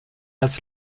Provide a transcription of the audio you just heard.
als